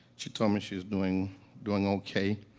she told me she was doing doing okay,